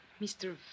Mr